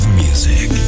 music